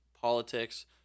politics